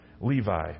Levi